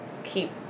keep